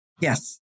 Yes